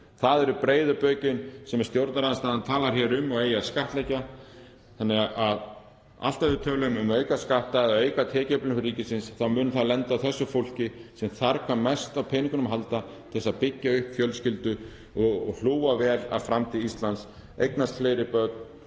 Það eru breiðu bökin sem stjórnarandstaðan talar hér um að eigi að skattleggja þannig að alltaf þegar við tölum um að auka skatta eða auka tekjuöflun ríkisins þá mun það lenda á þessu fólki sem þarf hvað mest á peningunum að halda til þess að byggja upp fjölskyldu og hlúa vel að framtíð Íslands, eignast fleiri börn,